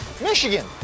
Michigan